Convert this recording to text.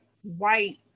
white